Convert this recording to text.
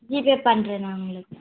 GPay பண்ணுறேன் நான் உங்களுக்கு